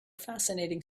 fascinating